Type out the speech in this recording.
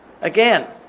Again